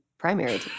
primary